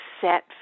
set